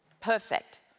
perfect